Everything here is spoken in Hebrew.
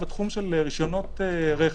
בתחום רשיונות רכב,